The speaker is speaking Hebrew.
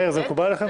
מאיר, זה מקובל עליך?